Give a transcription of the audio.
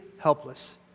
helpless